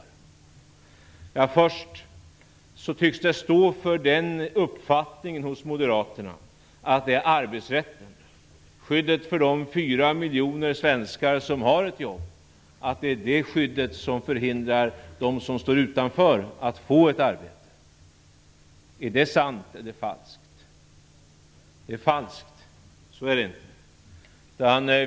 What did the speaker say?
Till att börja med tycks det stå för den uppfattningen hos moderaterna, att det är arbetsrätten - skyddet för de 4 miljoner svenskar som har ett jobb - som hindrar dem som står utanför att få ett arbete. Är det sant är falskt? Det är falskt.